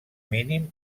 mínim